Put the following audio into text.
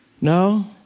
No